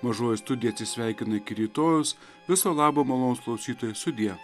mažoji studija atsisveikina iki rytojaus viso labo malonūs klausytojai sudie